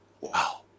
wow